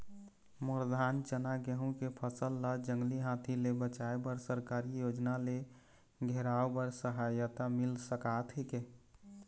मोर धान चना गेहूं के फसल ला जंगली हाथी ले बचाए बर सरकारी योजना ले घेराओ बर सहायता मिल सका थे?